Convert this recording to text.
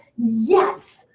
yes.